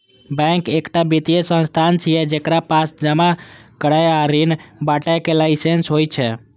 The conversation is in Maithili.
बैंक एकटा वित्तीय संस्थान छियै, जेकरा पास जमा करै आ ऋण बांटय के लाइसेंस होइ छै